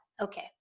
okay